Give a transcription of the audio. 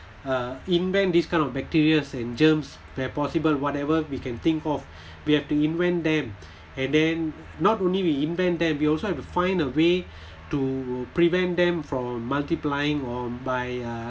uh invent these kind of bacteria and germs where possible whatever we can think of we have to invent them and then not only we invent them you also have to find a way to prevent them from multiplying or by uh